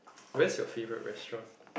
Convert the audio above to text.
where's your favourite restaurant